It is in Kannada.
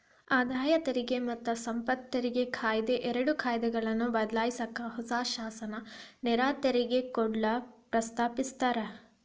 ಆದಾಯ ತೆರಿಗೆ ಮತ್ತ ಸಂಪತ್ತು ತೆರಿಗೆ ಕಾಯಿದೆ ಎರಡು ಕಾಯ್ದೆಗಳನ್ನ ಬದ್ಲಾಯ್ಸಕ ಹೊಸ ಶಾಸನ ನೇರ ತೆರಿಗೆ ಕೋಡ್ನ ಪ್ರಸ್ತಾಪಿಸ್ಯಾರ